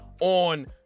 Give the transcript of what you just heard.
on